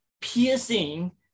piercing